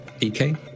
EK